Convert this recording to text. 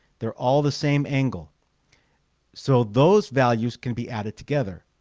they're all the same angle so those values can be added together